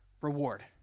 reward